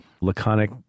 laconic